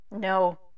No